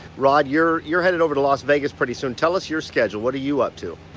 rod, you're you're headed over to las vegas pretty soon. tell us your schedule. what are you up to?